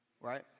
right